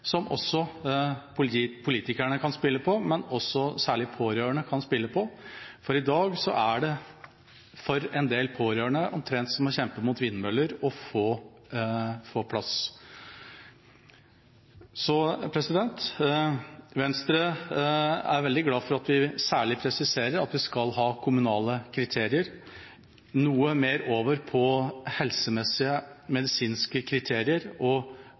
som også politikerne kan spille på, men også særlig pårørende kan spille på, for i dag er det for en del pårørende omtrent som å kjempe mot vindmøller å få plass. Venstre er veldig glad for at vi særlig presiserer at vi skal ha kommunale kriterier noe mer over til helsemessige, medisinske kriterier og